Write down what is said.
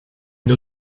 une